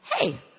hey